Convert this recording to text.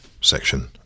section